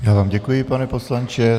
Já vám děkuji, pane poslanče.